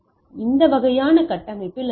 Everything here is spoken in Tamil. இவை இந்த வகையான கட்டமைப்பில் அதிகம்